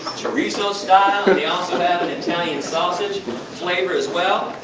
chorizo style, they also have an italian sausage flavor, as well.